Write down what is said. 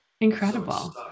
incredible